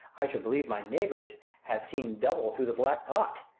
i should believe my neighbours had seen double through the black pot,